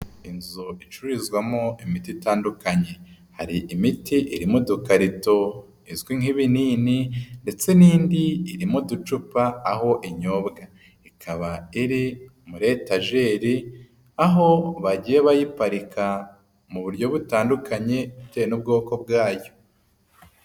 Inzu icurizwamo imiti itandukanye. Hari imiti iri modokaka rito izwi nk'ibinini ndetse n'indi iri mu uducupa aho inyobwa. Ikaba iri muri etajeri, aho bagiye bayiparika mu buryo butandukanye bite n'ubwoko bwayo.